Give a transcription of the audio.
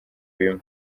bimwe